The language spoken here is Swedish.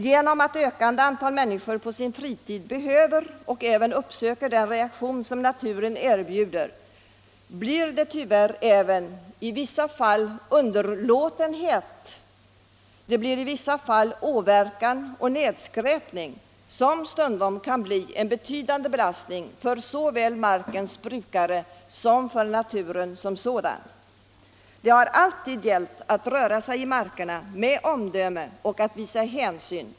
Genom att ett ökande antal människor på sin fritid behöver och även söker den rekreation som naturen kan erbjuda uppstår tyvärr även underlåtenheter i vissa fall. Åverkan och nedskräpning kan stundom bli en betydande belastning såväl för markens brukare som för naturen som sådan. Det har alltid gällt att röra sig i markerna med omdöme och att visa hänsyn.